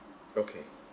okay